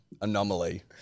Anomaly